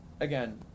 again